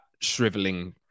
shriveling